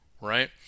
right